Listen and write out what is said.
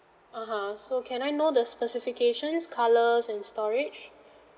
(uh huh) so can I know the specifications colours and storage